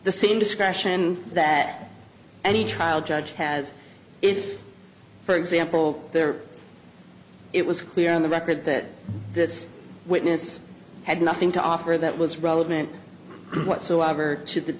the same discretion that any trial judge has is for example there it was clear on the record that this witness had nothing to offer that was relevant whatsoever to the